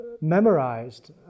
memorized